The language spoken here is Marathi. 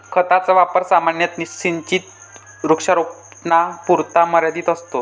खताचा वापर सामान्यतः सिंचित वृक्षारोपणापुरता मर्यादित असतो